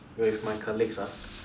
with my colleagues ah